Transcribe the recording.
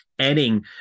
adding